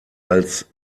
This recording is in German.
als